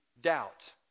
doubt